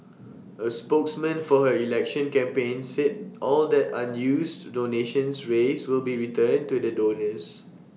A spokesman for her election campaign said all that unused donations raised will be returned to the donors